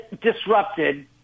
disrupted